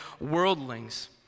worldlings